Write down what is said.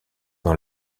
dans